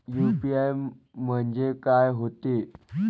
UPI म्हणजे का होते?